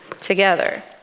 together